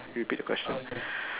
repeat the question